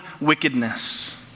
wickedness